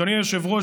אדוני היושב-ראש,